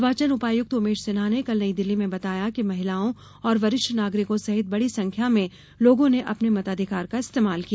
निर्वाचन उपायुक्त उमेश सिन्हा ने कल नई दिल्ली में बताया कि महिलाओं और वरिष्ठ नागरिको सहित बड़ी संख्या में लोगों ने अपने मताधिकार का इस्तेमाल किया